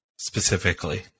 specifically